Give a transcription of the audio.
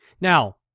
Now